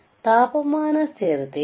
ಆದ್ದರಿಂದ ತಾಪಮಾನ ಸ್ಥಿರತೆ